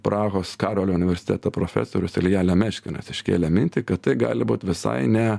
prahos karolio universiteto profesorius ilja lemeškinas iškėlė mintį kad tai gali būt visai ne